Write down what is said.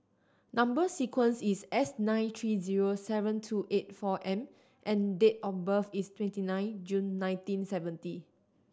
number sequence is S nine three zero seven two eight four M and date of birth is twenty nine June nineteen seventy